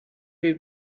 who